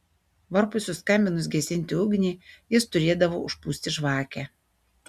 varpui suskambinus gesinti ugnį jis turėdavo užpūsti žvakę